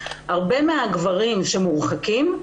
הרבה מהגברים שמורחקים,